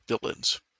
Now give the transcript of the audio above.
villains